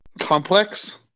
Complex